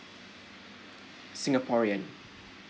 singaporean